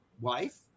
wife